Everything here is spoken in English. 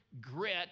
grit